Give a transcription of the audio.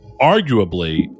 arguably